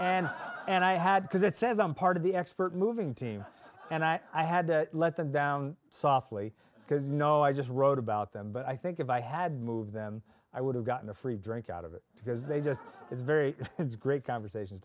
and and i had because it says i'm part of the expert moving team and i had to let them down softly because no i just wrote about them but i think if i had moved them i would have gotten a free drink out of it because they just it's very great conversations